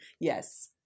Yes